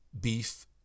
beef